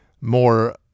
more